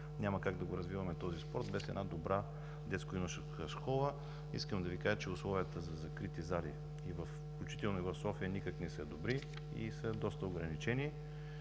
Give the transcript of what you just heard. Няма как да развиваме този спорт без добра детско-юношеска школа. Искам да Ви кажа, че условията за закрити зали, включително в София, не са никак добри и са доста ограничени.